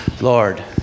Lord